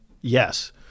Yes